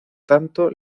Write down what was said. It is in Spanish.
tanto